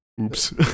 oops